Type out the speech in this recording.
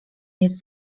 jest